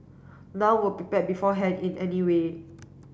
none were prepared beforehand in any way